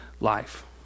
life